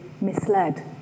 misled